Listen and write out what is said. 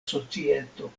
societo